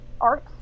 art